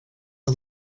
are